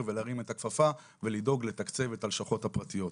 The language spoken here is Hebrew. ולהרים את הכפפה ולדאוג לתקצב את הלשכות הפרטיות.